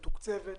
מתוקצבת,